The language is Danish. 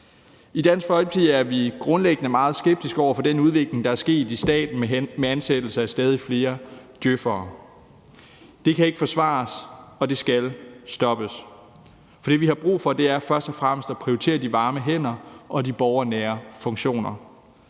I Dansk Folkeparti er vi grundlæggende meget skeptiske over for den udvikling, der er sket i staten med ansættelse af stadig flere djøf'ere. Det kan ikke forsvares, og det skal stoppes, for det, vi har brug for, er først og fremmest at prioritere de varme hænder og de borgernære funktioner.